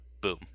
boom